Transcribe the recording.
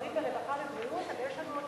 שמוכרים לרווחה ולבריאות, אבל יש לנו עוד